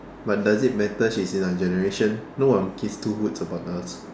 but does it matter she is in our generation no one gives two hoots about us